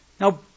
Now